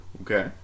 okay